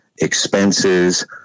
expenses